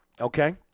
okay